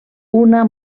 una